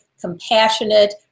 compassionate